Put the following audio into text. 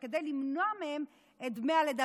כדי למנוע מהן את דמי הלידה,